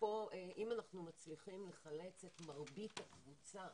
אם אנחנו מצליחים לחלץ את מרבית הקבוצה